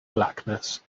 blackness